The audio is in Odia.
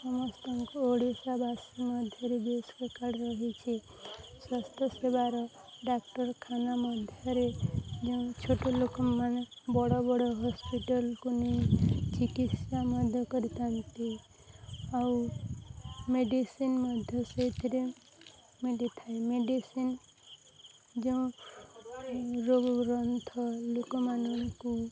ସମସ୍ତଙ୍କୁ ଓଡ଼ିଶାବାସୀ ମଧ୍ୟରେ B S K Y card ମିଳିଛି ସ୍ୱାସ୍ଥ୍ୟ ସେବାର ଡାକ୍ଟରଖାନା ମଧ୍ୟରେ ଯେଉଁ ଛୋଟ ଲୋକମାନେ ବଡ଼ ବଡ଼ ହସ୍ପିଟାଲକୁ ନେଇ ଚିକିତ୍ସା ମଧ୍ୟ କରିଥାନ୍ତି ଆଉ ମେଡ଼ିସିନ୍ ମଧ୍ୟ ସେଇଥିରେ ମିଳିଥାଏ ମେଡ଼ିସିନ୍ ଯେଉଁ ରୋଗଗ୍ରସ୍ତ ଲୋକମାନଙ୍କୁ